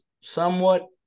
somewhat